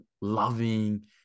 loving